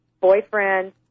boyfriend